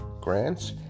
grants